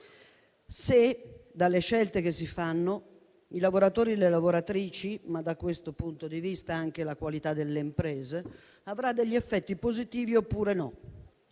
se dalle scelte che si fanno i lavoratori e le lavoratrici, ma da questo punto di vista anche la qualità delle imprese, avranno degli effetti positivi oppure no.